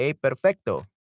Perfecto